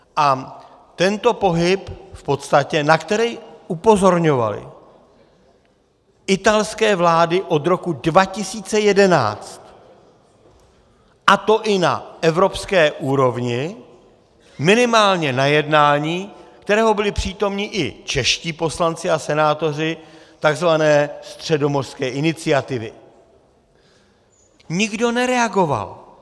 Na tento pohyb v podstatě, na který upozorňovaly italské vlády od roku 2011, a to i na evropské úrovni, minimálně na jednání, kterého byli přítomní i čeští poslanci a senátoři, tzv. středomořské iniciativy, nikdo nereagoval.